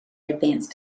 advance